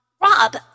Rob